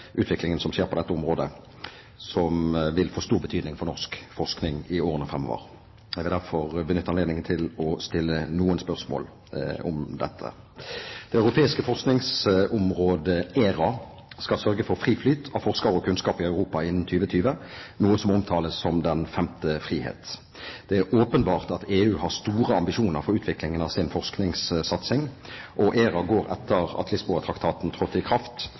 utviklingen som skjer på dette området, som vil få stor betydning for norsk forskning i årene framover. Jeg vil derfor benytte anledningen til å stille noen spørsmål om dette. Det europeiske forskningsområdet ERA skal sørge for fri flyt av forskere og kunnskap i Europa innen 2020, noe som omtales som den femte frihet. Det er åpenbart at EU har store ambisjoner for utviklingen av sin forskningssatsing, og ERA går etter at Lisboa-traktaten trådte i kraft,